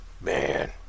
Man